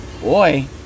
boy